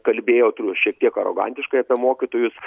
kalbėjo šiek tiek arogantiškai apie mokytojus